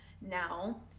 now